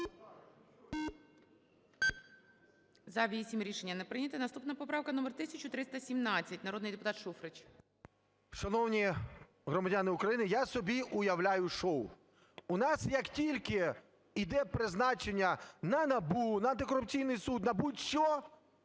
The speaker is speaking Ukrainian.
За-8 Рішення не прийнято. Наступна поправка номер 1317, народний депутат Шуфрич. 12:58:11 ШУФРИЧ Н.І. Шановні громадяни України! Я собі уявляю шоу, у нас, як тільки йде призначення на НАБУ, на антикорупційний суд, на будь-що,